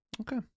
Okay